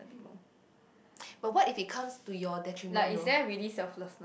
people like is there really selflessness